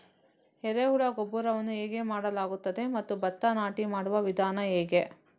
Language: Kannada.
ಎರೆಹುಳು ಗೊಬ್ಬರವನ್ನು ಹೇಗೆ ಮಾಡಲಾಗುತ್ತದೆ ಮತ್ತು ಭತ್ತ ನಾಟಿ ಮಾಡುವ ವಿಧಾನ ಹೇಗೆ?